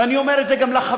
ואני אומר את זה גם לך,